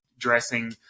dressing